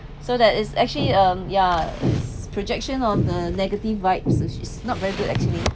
so that is actually um yeah projection on a negative vibes is not very good experience